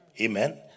Amen